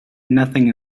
nothing